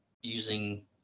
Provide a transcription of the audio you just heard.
using